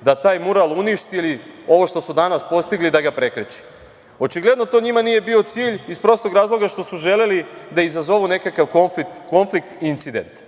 da taj mural uništi ili ovo što su danas postigli, da ga prekreče. Očigledno to njima nije bio cilj, iz prostog razloga što su želeli da izazovu nekakav konflikt i incident.